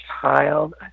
child